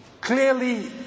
Clearly